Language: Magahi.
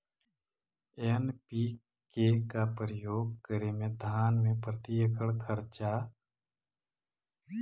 एन.पी.के का प्रयोग करे मे धान मे प्रती एकड़ खर्चा?